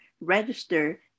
register